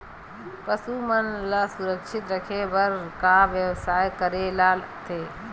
पशु मन ल सुरक्षित रखे बर का बेवस्था करेला लगथे?